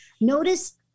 notice